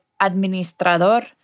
Administrador